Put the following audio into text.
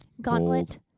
Gauntlet